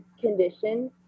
condition